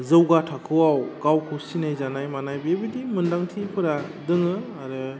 जौगा थाखोआव गावखौ सिनाय जानाय मानाय बेबायदि मोन्दांथिफोरा दोङो आरो